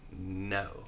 No